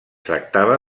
tractava